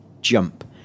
jump